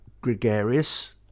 gregarious